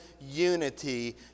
unity